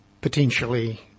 potentially